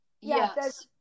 Yes